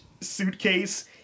suitcase